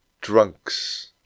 Drunks